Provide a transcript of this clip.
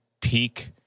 peak